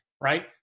right